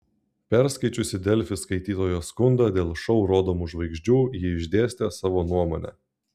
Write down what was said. perskaičiusi delfi skaitytojo skundą dėl šou rodomų žvaigždžių ji išdėstė savo nuomonę